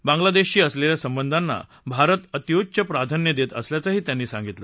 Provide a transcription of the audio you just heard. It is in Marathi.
बांग्लादेशाशी असलेल्या संबंधांना भारत अत्युच्य प्राधान्य देत असल्याचे त्यांनी सांगितले